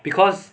because